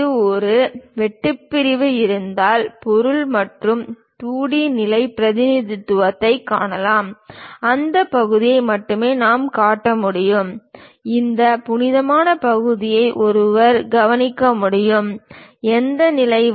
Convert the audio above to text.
ஒரு வெட்டுப் பிரிவு இருந்தால் பொருள் மற்றும் 2 டி நிலை பிரதிநிதித்துவத்தைக் காணலாம் அந்த பகுதியை மட்டுமே நாம் காட்ட முடியும் இந்த புனிதமான பகுதியை ஒருவர் கவனிக்க முடியும் எந்த நிலை வரை